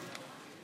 דודי,